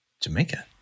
Jamaica